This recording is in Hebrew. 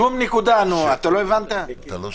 חול המועד זו תקופה של חג, אם מבחינת עבודה